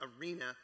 arena